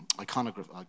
iconography